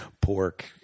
Pork